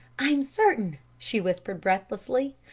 i'm certain! she whispered, breathlessly.